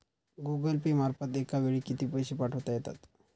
Google pay मार्फत एका वेळी किती पैसे पाठवता येतात?